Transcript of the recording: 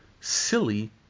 Silly